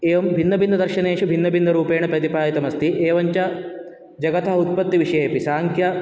एवं भिन्नभिन्नदर्शनेषु भिन्नभिन्नरूपेण प्रतिपादितम् अस्ति एवञ्च जगतः उत्पत्तिविषये अपि साङ्ख्य